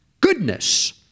goodness